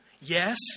yes